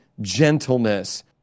gentleness